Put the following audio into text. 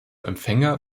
empfänger